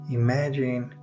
imagine